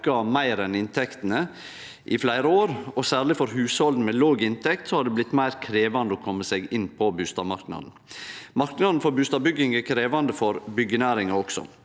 meir enn inntektene i fleire år, og særleg for hushald med låg inntekt har det blitt meir krevjande å kome seg inn på bustadmarknaden. Marknaden for bustadbygging er krevjande for byggjenæringa også.